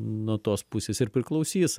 nuo tos pusės ir priklausys